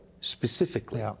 specifically